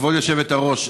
כבוד היושבת-ראש,